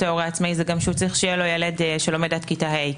להיות הורה עצמאי זה שהוא גם צריך שיהיה לו ילד שלומד עד כיתה ה'.